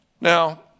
Now